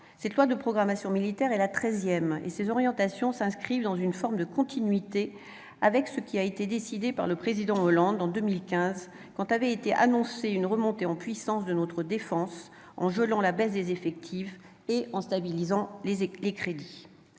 cette loi de programmation militaire est la treizième, et ses orientations s'inscrivent dans une forme de continuité avec ce qui a été décidé par le président Hollande en 2015, quand avait été annoncée une remontée en puissance de notre défense par le gel de la baisse des effectifs et par la stabilisation des crédits.